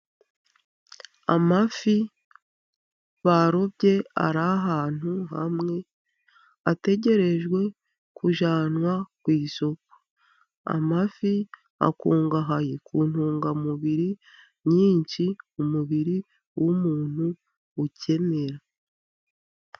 Amafi barobye ari ahantu hamwe, ategerejwe kujyanwa ku isoko, amafi akungahaye ku ntungamubiri nyinshi, umubiri w'umuntu ukenera.